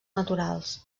naturals